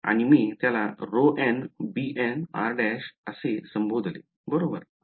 आणि मी त्याला ρn bnr′असे संबोधले बरोबर